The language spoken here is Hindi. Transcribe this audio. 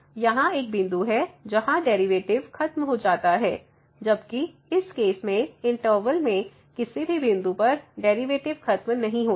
यहाँ एक बिंदु है जहां डेरिवैटिव खत्म हो जाता है जबकि इस केस में इंटर्वल में किसी भी बिंदु पर डेरिवैटिव खत्म नहीं होता है